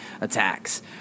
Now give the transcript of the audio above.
attacks